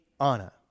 Anna